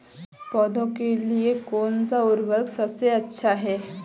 पौधों के लिए कौन सा उर्वरक सबसे अच्छा है?